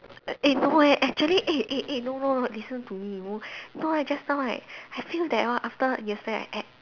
eh no leh actually eh eh eh no no no listen to me know know leh just now right I feel that hor after yesterday I ate